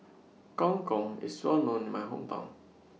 Gong Gong IS Well known in My Hometown